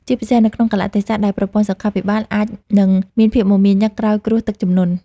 ជាពិសេសនៅក្នុងកាលៈទេសៈដែលប្រព័ន្ធសុខាភិបាលអាចនឹងមានភាពមមាញឹកក្រោយគ្រោះទឹកជំនន់។